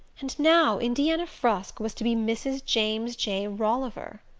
and now indiana frusk was to be mrs. james j. rolliver!